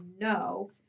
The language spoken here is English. no